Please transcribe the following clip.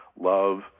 Love